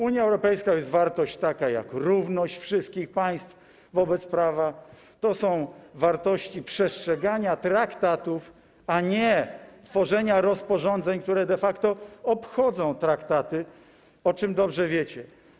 Unia Europejska to jest wartość taka jak równość wszystkich państw wobec prawa, to są wartości przestrzegania traktatów, a nie tworzenie rozporządzeń, które de facto obchodzą traktaty, o czym dobrze wiecie.